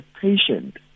patient